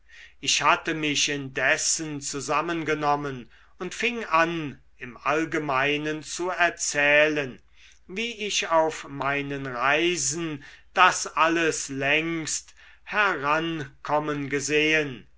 ich hatte mich indessen zusammengenommen und fing an im allgemeinen zu erzählen wie ich auf meinen reisen das alles längst herankommen gesehen